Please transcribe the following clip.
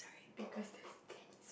because it's tennis